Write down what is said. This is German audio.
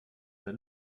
der